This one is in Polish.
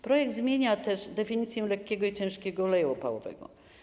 Projekt zmienia też definicje lekkiego i ciężkiego oleju opałowego.